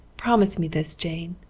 promise me this, jane.